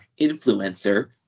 influencer